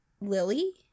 lily